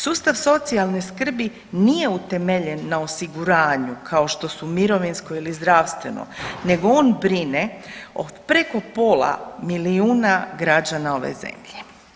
Sustav socijalne skrbi nije utemeljen na osiguranju kao što su mirovinsko ili zdravstveno nego on brine od preko pola milijuna građana ove zemlje.